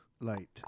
light